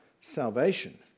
salvation